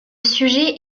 sujet